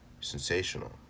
sensational